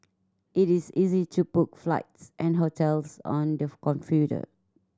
it is easy to book flights and hotels on the computer